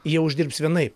jie uždirbs vienaip